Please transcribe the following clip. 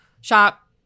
Shop